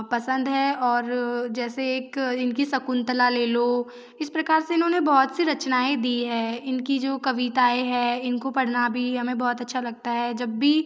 पसंद है और जैसे एक इनकी शकुन्तला ले लो इस प्रकार से इन्होंने बहुत सी रचनाएं दी हैं इनकी जो कविताएं है इनको पढ़ना भी हमें बहुत अच्छा लगता है जब भी